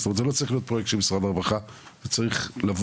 זה לא צריך להיות פרויקט של משרד הרווחה הם צריכים לבוא